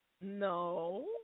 No